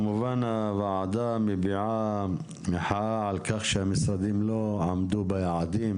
הוועדה כמובן מביעה מחאה על כך שהמשרדים לא עמדו ביעדים